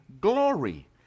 glory